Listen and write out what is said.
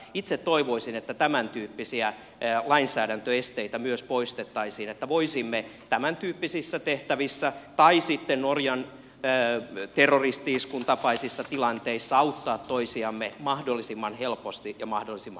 itse toivoisin että tämäntyyppisiä lainsäädäntöesteitä myös poistettaisiin että voisimme tämäntyyppisissä tehtävissä tai sitten norjan terroristi iskun tapaisissa tilanteissa auttaa toisiamme mahdollisimman helposti ja mahdollisimman nopeasti